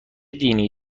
دینی